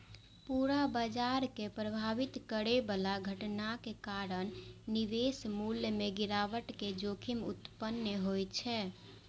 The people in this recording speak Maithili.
पूरा बाजार कें प्रभावित करै बला घटनाक कारण निवेश मूल्य मे गिरावट के जोखिम उत्पन्न होइ छै